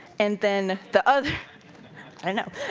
and then the other i know,